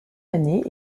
année